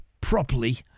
properly